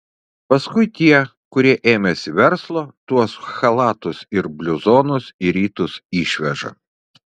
paskui tie kurie ėmėsi verslo tuos chalatus ir bliuzonus į rytus išveža